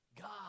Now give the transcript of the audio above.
God